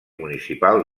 municipal